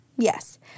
Yes